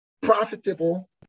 profitable